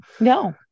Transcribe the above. no